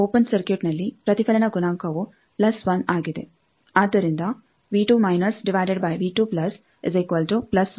ಆದ್ದರಿಂದ ಓಪೆನ್ ಸರ್ಕ್ಯೂಟ್ನಲ್ಲಿ ಪ್ರತಿಫಲನ ಗುಣಾಂಕವು ಪ್ಲಸ್ 1 ಆಗಿದೆ